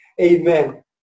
Amen